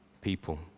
people